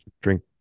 drink